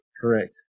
correct